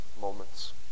moments